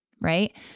right